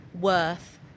worth